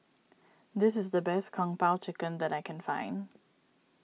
this is the best Kung Po Chicken that I can find